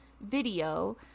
video